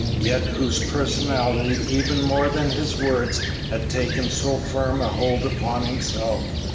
yet whose personality even more than his words had taken so firm a hold upon himself,